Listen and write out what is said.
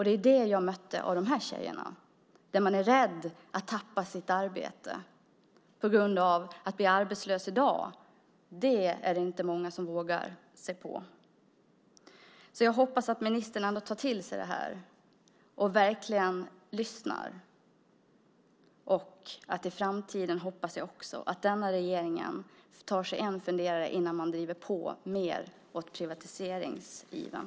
Det var det jag mötte hos de här tjejerna, att man är rädd för att tappa sitt arbete på grund av att många inte vågar sig på att bli arbetslösa i dag. Jag hoppas att ministern ändå tar till sig det här och verkligen lyssnar. Jag hoppas också att denna regering i framtiden tar sig en funderare innan man driver på mer åt privatiseringssidan.